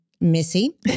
Missy